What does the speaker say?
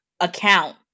Account